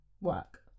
work